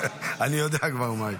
אני יודע כבר מה היא.